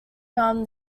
from